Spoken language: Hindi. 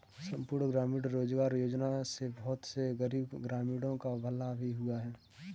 संपूर्ण ग्रामीण रोजगार योजना से बहुत से गरीब ग्रामीणों का भला भी हुआ है